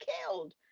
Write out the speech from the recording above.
killed